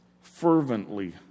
fervently